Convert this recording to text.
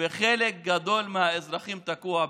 וחלק גדול מהאזרחים תקוע בחו"ל.